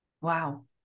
wow